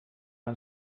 man